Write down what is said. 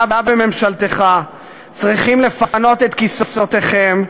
אתה וממשלתך צריכים לפנות את כיסאותיכם,